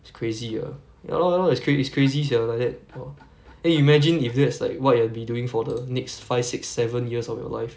it's crazy ah ya lor ya lor it's it's crazy sia like that !wah! then you imagine if that's like what you will be doing for the next five six seven years of your life